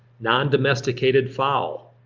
nondomesticated fowl.